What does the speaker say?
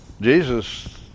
Jesus